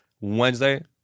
Wednesday